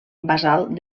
basal